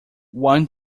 one